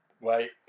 Wait